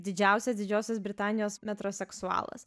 didžiausias didžiosios britanijos metro seksualas